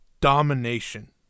domination